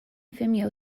vimeo